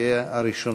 (הבית היהודי):